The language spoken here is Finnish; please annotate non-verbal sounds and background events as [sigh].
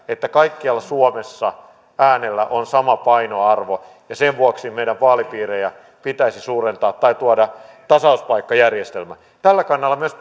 että kaikkialla suomessa äänellä on sama painoarvo ja sen vuoksi meidän vaalipiirejämme pitäisi suurentaa tai tuoda tasauspaikkajärjestelmä tällä kannalla myös [unintelligible]